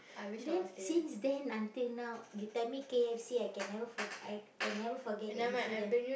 then since then until now you tell me K_F_C I can never for I can never forget that incident